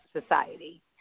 society